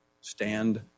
stand